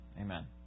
Amen